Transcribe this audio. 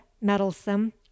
meddlesome